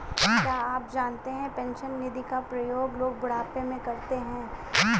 क्या आप जानते है पेंशन निधि का प्रयोग लोग बुढ़ापे में करते है?